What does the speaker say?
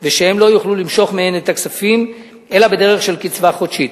והם לא יוכלו למשוך מהן את הכספים אלא בדרך של קצבה חודשית.